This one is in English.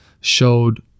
showed